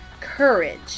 courage